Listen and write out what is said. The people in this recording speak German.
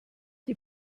die